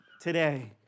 today